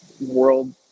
world